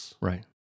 Right